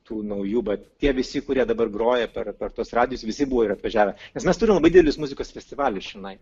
tų naujų bet tie visi kurie dabar groja per per tuos radijus visi buvo atvažiavę nes mes turim labai didelius muzikos festivalius čionai